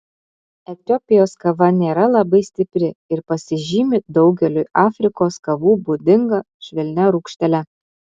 etiopijos kava nėra labai stipri ir pasižymi daugeliui afrikos kavų būdinga švelnia rūgštele